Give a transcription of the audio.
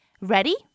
Ready